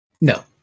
No